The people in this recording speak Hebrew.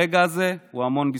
הרגע הזה הוא המון בזכותך.